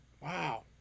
Wow